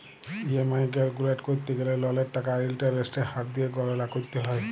EMI calculate ক্যরতে গ্যালে ললের টাকা আর ইলটারেস্টের হার দিঁয়ে গললা ক্যরতে হ্যয়